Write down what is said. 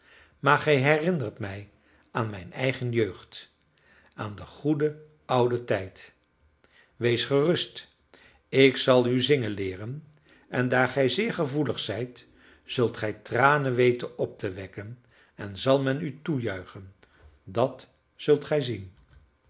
maar gij herinnert mij aan mijn eigen jeugd aan den goeden ouden tijd wees gerust ik zal u zingen leeren en daar gij zeer gevoelig zijt zult gij tranen weten op te wekken en zal men u toejuichen dat zult gij zien